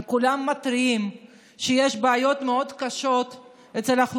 כולם מתריעים על כך שיש בעיות מאוד קשות באוכלוסייה,